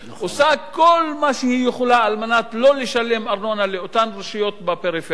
עושה כל מה שהיא יכולה על מנת לא לשלם ארנונה לאותן רשויות בפריפריה.